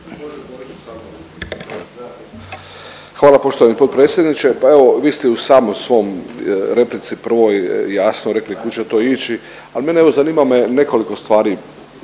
Hvala poštovani potpredsjedniče. Pa evo vi ste i u samoj svojoj replici prvoj jasno rekli kud će to ići, ali mene evo zanima me nekoliko stvari.